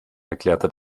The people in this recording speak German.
erklärte